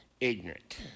ignorant